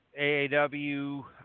AAW